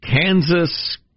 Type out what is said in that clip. Kansas